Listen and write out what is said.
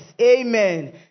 Amen